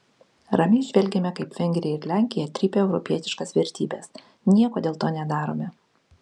ramiai žvelgiame kaip vengrija ir lenkija trypia europietiškas vertybes nieko dėl to nedarome